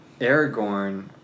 Aragorn